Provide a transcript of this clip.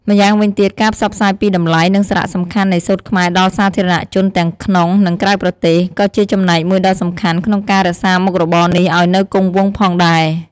ម្យ៉ាងវិញទៀត ការផ្សព្វផ្សាយពីតម្លៃ និងសារៈសំខាន់នៃសូត្រខ្មែរដល់សាធារណជនទាំងក្នុង និងក្រៅប្រទេស ក៏ជាចំណែកមួយដ៏សំខាន់ក្នុងការរក្សាមុខរបរនេះឲ្យនៅគង់វង្សផងដែរ។